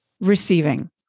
receiving